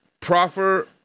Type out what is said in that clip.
proffer